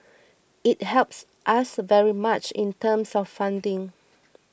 it helps us very much in terms of funding